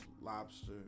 lobster